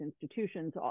institutions